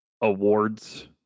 awards